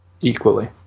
equally